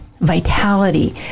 Vitality